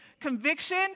Conviction